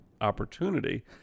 opportunity